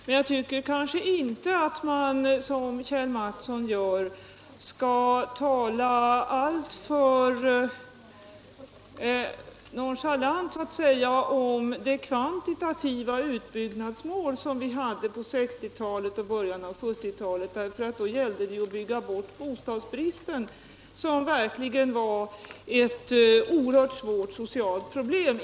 Men jag tycker inte att man, som Kjell Mattsson gör, skall ta alltför nonchalant på det kvantitativa utbyggnadsmål som vi hade på 1960-talet och i början av 1970-talet. Då gällde det ju att bygga bort bostadsbristen, som verkligen var ett oerhört svårt socialt problem.